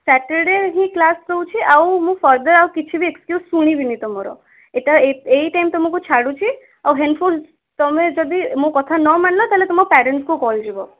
Saturday ହିଁ class ରହୁଛି ଆଉ ଆଉ ମୁଁ ଫର୍ଦର କିଛି ବି ଏକ୍ସକ୍ୟୁଜେସ୍ ଶୁଣିବିନି ତୁମର ଏଇଟା ଏଇ ଟାଇମ୍ ତୁମକୁ ଛାଡ଼ୁଛି ଆଉ ହେନସ୍ଫୋରଥ୍ ତୁମେ ଯଦି ମୋ କଥା ନ ମାନିଲ ତା'ହେଲେ ତୁମ ପ୍ୟାରେଣ୍ଟସ୍କୁ କଲ୍ ଯିବ